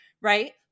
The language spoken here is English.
right